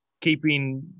keeping